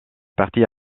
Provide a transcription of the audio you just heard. partie